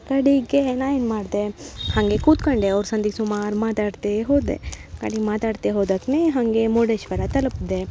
ಕಡೆಗೆ ನಾ ಏನು ಮಾಡಿದೆ ಹಾಗೆ ಕೂತ್ಕೊಂಡೆ ಅವ್ರ ಸಂದಿ ಸುಮಾರು ಮಾತಾಡ್ದೆ ಹೋದೆ ಕಡಿಗೆ ಮಾತಾಡ್ತೆ ಹೋದಾಕ್ನೇ ಹಾಗೇ ಮುರ್ಡೇಶ್ವರ ತಲುಪಿದೆ